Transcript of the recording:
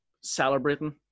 celebrating